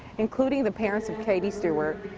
including the parents of katie stewart.